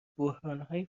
بحرانهای